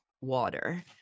water